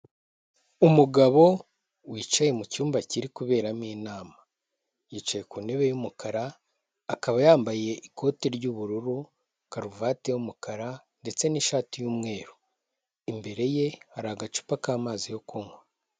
Umugabo wicaye mu cyumba kiri kuberamo inama, yicaye ku ntebe y'umukara akaba yambaye ikote ry'ubururu, karuvati y'umukara ndetse n'ishati y'umweru, imbere ye hari agacupa k'amazi yo kunywa.